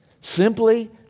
simply